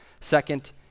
Second